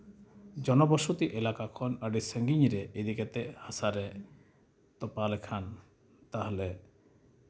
ᱡᱚᱱᱚᱵᱚᱥᱚᱛᱤ ᱮᱞᱟᱠᱟ ᱠᱷᱚᱱ ᱟᱹᱰᱤ ᱥᱟᱺᱜᱤᱧ ᱨᱮ ᱤᱫᱤ ᱠᱟᱛᱮ ᱦᱟᱥᱟ ᱨᱮ ᱛᱚᱯᱟ ᱞᱮᱠᱷᱟᱱ ᱛᱟᱦᱚᱞᱮ